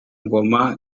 ngoma